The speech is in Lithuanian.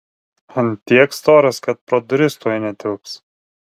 ant tiek storas kad pro duris tuoj netilps